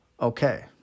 okay